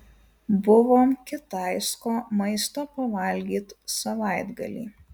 buvom kitaisko maisto pavalgyt savaitgalį